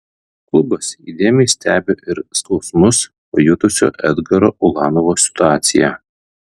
klubas įdėmiai stebi ir skausmus pajutusio edgaro ulanovo situaciją